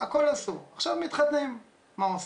הכול אסור, עכשיו מתחתנים, מה עושים?